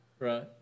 Right